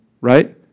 right